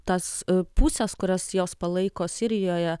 tas puses kurias jos palaiko sirijoje